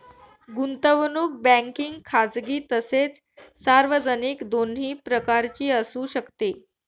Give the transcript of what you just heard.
गुंतवणूक बँकिंग खाजगी तसेच सार्वजनिक दोन्ही प्रकारची असू शकते